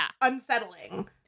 unsettling